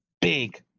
big